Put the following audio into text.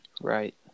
Right